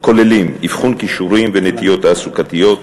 כולל אבחון כישורים ונטיות תעסוקתיות,